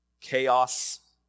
chaos